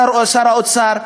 שר האוצר,